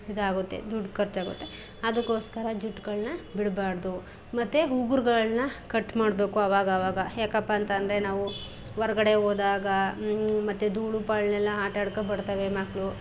ಇದಾಗುತ್ತೆ ದುಡ್ಡು ಖರ್ಚಾಗುತ್ತೆ ಅದಕ್ಕೋಸ್ಕರ ಜುಟ್ಟುಗಳ್ನ ಬಿಡಬಾರ್ದು ಮತ್ತು ಉಗುರುಗಳ್ನ ಕಟ್ಟು ಮಾಡಬೇಕು ಆವಾಗವಾಗ ಯಾಕಪ್ಪ ಅಂತ ಅಂದ್ರೆ ನಾವು ಹೊರಗಡೆ ಹೋದಾಗ ಮತ್ತು ಧೂಳು ಪಾಳನ್ನೆಲ್ಲ ಎಲ್ಲ ಆಟ ಆಡ್ಕೊ ಬರ್ತಾವೆ ಮಕ್ಕಳು